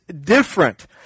different